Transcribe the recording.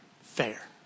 fair